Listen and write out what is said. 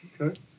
Okay